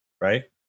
right